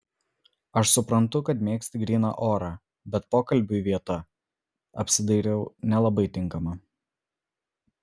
aš suprantu kad mėgsti gryną orą bet pokalbiui vieta apsidairiau nelabai tinkama